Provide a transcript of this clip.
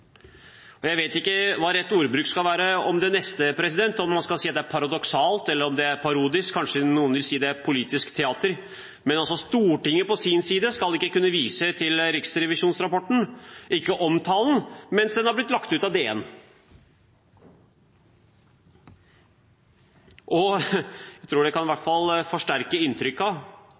nikkedukker. Jeg vet ikke hva rett ordbruk skal være om det neste, om man skal si det er paradoksalt, eller om det er parodisk, kanskje noen vil si det er politisk teater, men Stortinget skal ikke kunne vise til Riksrevisjonens rapport, ikke omtale den, mens den har blitt lagt ut av Dagens Næringsliv. Jeg tror det kan forsterke